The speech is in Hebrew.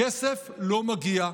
הכסף לא מגיע,